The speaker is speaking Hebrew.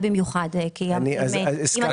האם קיים